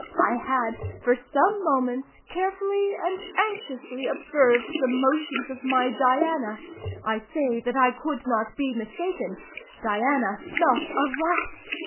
i had, for some moments, carefully and anxiously observed the motions of my diana i say that i could not be mistaken diana smelt a rat!